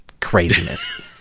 craziness